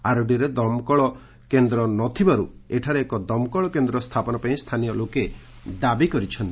ଆରଡିର ଦମକଳ କେନ୍ଦ୍ର ନଥିବାରୁ ଏଠାରେ ଏକ ଦମକଳ କେନ୍ଦ୍ର ସ୍ତାପନ ପାଇଁ ସ୍ତାନୀୟ ଲୋକେ ଦାବି କରିଛନ୍ତି